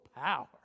power